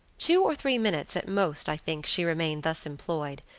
two or three minutes at most i think she remained thus employed,